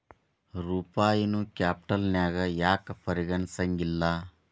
ರೂಪಾಯಿನೂ ಕ್ಯಾಪಿಟಲ್ನ್ಯಾಗ್ ಯಾಕ್ ಪರಿಗಣಿಸೆಂಗಿಲ್ಲಾ?